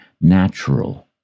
natural